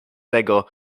tego